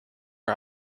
her